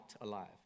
alive